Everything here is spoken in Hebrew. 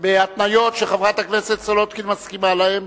בהתניות שחברת הכנסת סולודקין מסכימה להן,